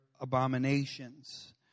abominations